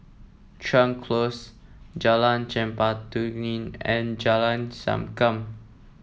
Chuan Close Jalan Chempaka Kuning and Jalan Sankam